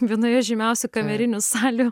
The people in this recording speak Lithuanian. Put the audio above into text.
vienoje žymiausių kamerinių salių